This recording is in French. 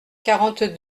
quarante